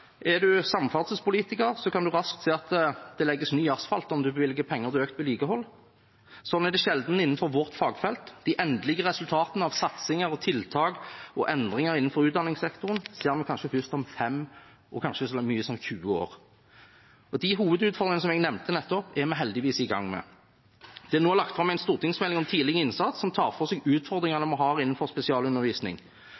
Er man samferdselspolitiker, kan man raskt se at det legges ny asfalt om man bevilger penger til økt vedlikehold. Slik er det sjelden innenfor vårt fagfelt. De endelige resultatene av satsing, tiltak og endringer innenfor utdanningssektoren ser man først om fem eller kanskje så mye som tyve år. Og de hovedutfordringen jeg nettopp nevnte, er vi heldigvis i gang med. Det er nå lagt fram en stortingsmelding om tidlig innsats. Den tar for seg de utfordringene